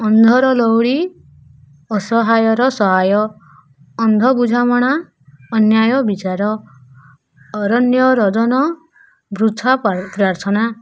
ଅନ୍ଧର ଲୌଡ଼ି ଅସହାୟର ସହାୟ ଅନ୍ଧ ବୁଝାମଣା ଅନ୍ୟାୟ ବିଚାର ଅରଣ୍ୟ ରୋଦନ ବୃଥା ପ୍ରାର୍ଥନା